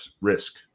risk